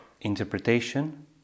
interpretation